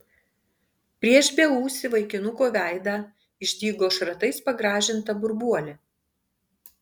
prieš beūsį vaikinuko veidą išdygo šratais pagrąžinta burbuolė